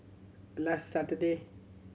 last Saturday